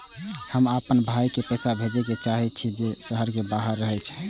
हम आपन भाई के पैसा भेजे के चाहि छी जे शहर के बाहर रहे छै